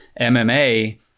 MMA